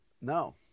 No